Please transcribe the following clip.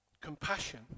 compassion